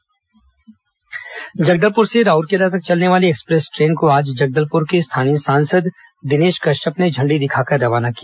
Jagdalpur Rourkela express Jagdalpur से राउरकेला तक चलने वाली एक्सप्रेस ट्रेन को आज जगदलपुर के स्थानीय सांसद दिनेश कश्यप ने झण्डी दिखाकर रवाना किया